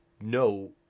no